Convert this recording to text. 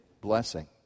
blessing